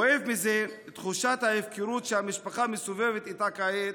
כואב בזה תחושת ההפקרות שהמשפחה מסתובבת איתה כעת,